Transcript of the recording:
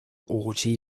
orgy